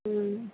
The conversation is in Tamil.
ம்